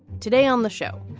today on the show,